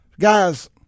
Guys